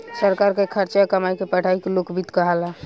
सरकार के खर्चा आ कमाई के पढ़ाई के लोक वित्त कहाला